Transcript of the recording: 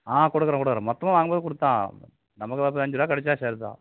ஆ கொடுக்குறேன் கொடுக்குறேன் மொத்தமாக வாங்கும் போது கொடுத்துதான் ஆகணும் நமக்கு ஒரு அஞ்சு ருபா கிடைச்சா சரிதான்